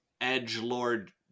edgelord